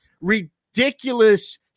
ridiculous